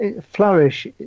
flourish